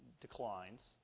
Declines